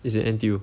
it's at N_T_U